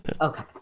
Okay